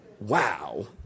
Wow